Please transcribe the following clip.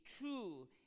true